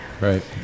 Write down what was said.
Right